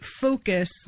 focus